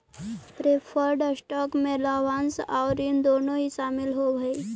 preferred stock में लाभांश आउ ऋण दोनों ही शामिल होवऽ हई